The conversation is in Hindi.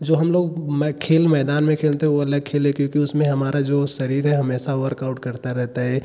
जो हम लोग मैं खेल मैदान में खेलते हैं वो अलग खेल है क्योंकि उसमें हमारा जो शरीर है हमेशा वर्कआउट करता रहता है